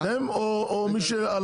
אתם או הלקוח?